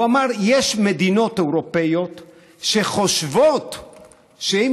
הוא אמר: יש מדינות אירופיות שחושבות שאם